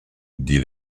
dit